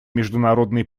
международной